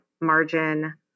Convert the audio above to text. margin